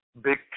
big